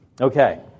Okay